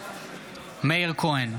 מאיר כהן,